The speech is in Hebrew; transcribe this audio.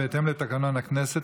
בהתאם לתקנון הכנסת,